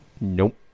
Nope